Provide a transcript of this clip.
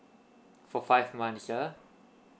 for five months ah